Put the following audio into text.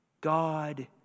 God